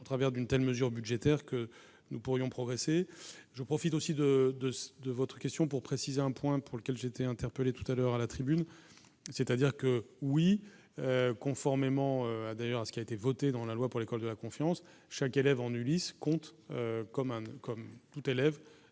en travers d'une telle mesure budgétaire que nous pourrions progresser je profite aussi de, de, de votre question, pour préciser un point pour lequel j'ai été interpellé tout à l'heure à la tribune, c'est-à-dire dire que oui conformément à d'ailleurs à ce qui a été votée dans la loi pour l'école de la confiance, chaque élève en Ulysse compte comme un comme